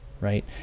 right